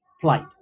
flight